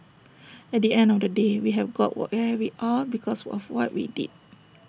at the end of the day we have got where we are because of what we did